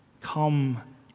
Come